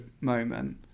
moment